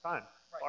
Time